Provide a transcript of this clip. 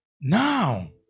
Now